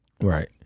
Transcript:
right